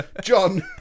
John